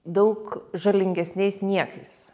daug žalingesniais niekais